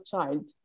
child